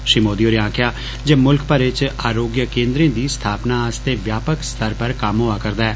श्री मोदी होरें आक्खेआ जे मुल्ख भरै च आरोग्य केन्द्रें दी स्थापना आस्तै व्यापक स्तर पर कम्म होआ करदा ऐ